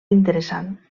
interessant